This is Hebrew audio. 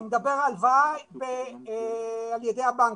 אני מדבר על הלוואה על ידי הבנקים.